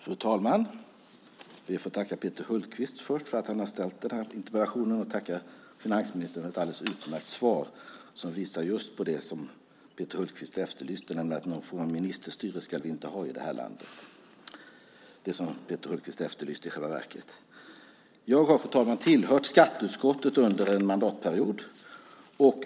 Fru talman! Jag ber att först få tacka Peter Hultqvist för att han har ställt den här interpellationen. Sedan tackar jag finansministern för ett alldeles utmärkt svar som just visar på det som Peter Hultqvist efterlyste, nämligen att vi inte ska ha någon form av ministerstyre i det här landet. Det var det som Peter Hultqvist i själva verket efterlyste. Jag har, fru talman, tillhört skatteutskottet under en mandatperiod.